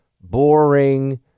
boring